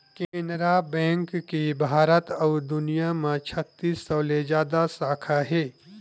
Canara bank के भारत अउ दुनिया म छत्तीस सौ ले जादा साखा हे